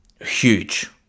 Huge